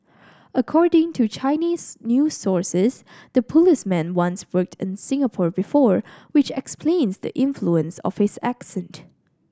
according to Chinese news sources the policeman once worked in Singapore before which explains the influence of his accent